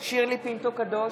שירלי פינטו קדוש,